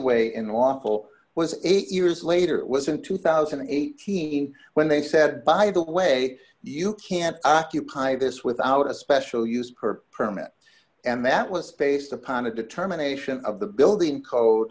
way in lawful was eight years later it was in two thousand and eighteen when they said by the way you can't occupy this without a special use per permit and that was based upon a determination of the building code